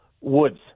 woods